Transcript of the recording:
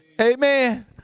Amen